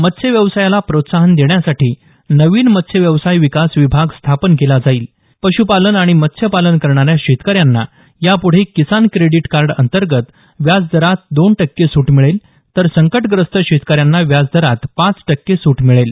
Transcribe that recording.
मत्स्य व्यवसायाला प्रोत्साहन देण्यासाठी नवीन मत्स्य व्यवसाय विकास विभाग स्थापन केला जाईल पशुपालन आणि मत्स्यपालन करणाऱ्या शेतकऱ्यांना यापूढे किसान क्रेडिट कार्ड अंतर्गत व्याजदरात दोन टक्के सूट मिळेल तर संकटग्रस्त शेतकऱ्यांना व्याजदरात पाच टक्के सूट मिळेल